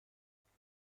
نگفتم